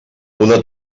una